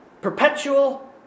perpetual